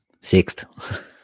Sixth